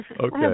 Okay